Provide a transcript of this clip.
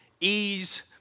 ease